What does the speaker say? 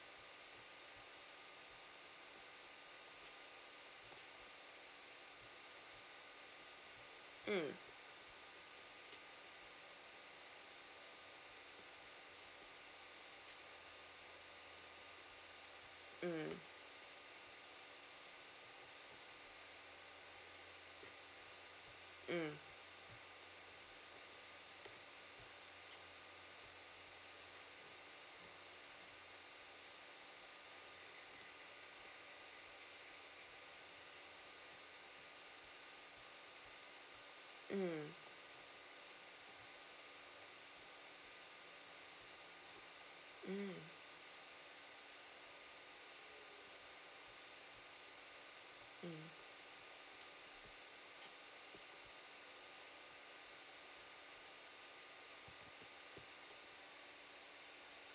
mm mm mm mm mm mm